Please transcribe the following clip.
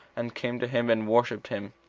and came to him and worshipped him